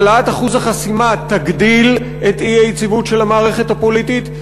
העלאת אחוז החסימה תגדיל את האי-יציבות של המערכת הפוליטית,